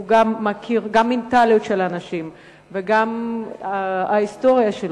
מכיר גם את המנטליות של האנשים וגם את ההיסטוריה,